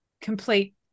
complete